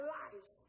lives